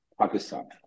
Pakistan